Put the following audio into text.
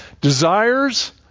desires